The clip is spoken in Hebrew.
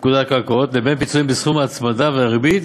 לפקודת הקרקעות לבין פיצויים בסכום ההצמדה והריבית